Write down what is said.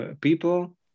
people